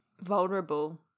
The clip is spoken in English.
Vulnerable